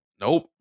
Nope